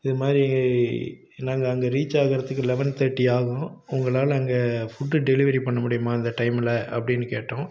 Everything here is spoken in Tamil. இது மாதிரி நாங்கள் அங்கே ரீச் ஆகுறதுக்கு லெவன் தேர்ட்டி ஆகும் உங்களால் அங்கே ஃபுட்டு டெலிவரி பண்ண முடியுமா இந்த டைமில் அப்படின்னு கேட்டோம்